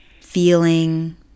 feeling